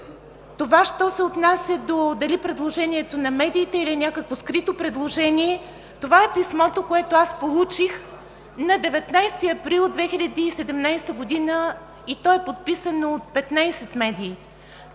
Що се отнася дали предложението е на медиите, или е някакво скрито предложение (показва), това е писмото, което аз получих на 19 април 2017 г., и то е подписано от 15 медии.